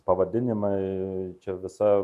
pavadinimai čia visa